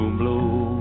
blow